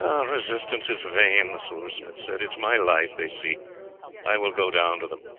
resistance is vain, the silversmith said. it is my life they seek i will go down to them.